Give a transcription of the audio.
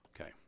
Okay